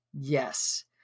Yes